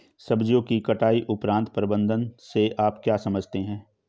सब्जियों की कटाई उपरांत प्रबंधन से आप क्या समझते हैं?